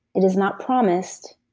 it is not promised,